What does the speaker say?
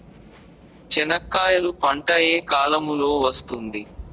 చెనక్కాయలు పంట ఏ కాలము లో వస్తుంది